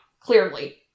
clearly